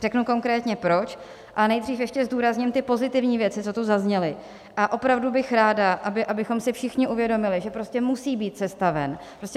Řeknu konkrétně proč, ale nejdřív ještě zdůrazním pozitivní věci, co tu zazněly, a opravdu bych ráda, abychom si všichni uvědomili, že prostě musí být cesta ven.